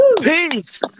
Peace